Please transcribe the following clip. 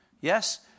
Yes